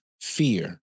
fear